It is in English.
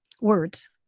words